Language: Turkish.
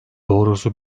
doğrusu